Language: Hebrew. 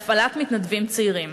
להפעלת מתנדבים צעירים,